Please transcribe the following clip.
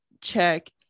check